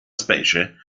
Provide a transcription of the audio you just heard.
specie